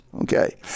Okay